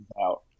out